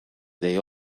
they